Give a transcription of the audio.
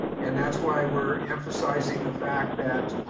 and that's why we're emphasizing the fact that,